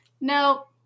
No